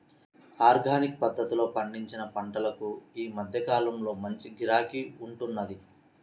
organic పద్ధతిలో పండించిన పంటలకు ఈ మధ్య కాలంలో మంచి గిరాకీ ఉంటున్నది